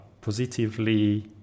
positively